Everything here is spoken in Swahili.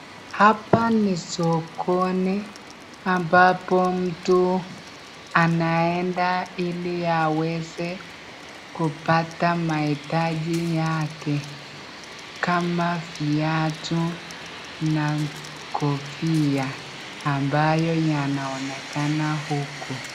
Hapa ni sokoni ambapo mtu anaenda ile aweze kupata mahitaji yake, kama viatu na kofia ambayo yanaonekana huku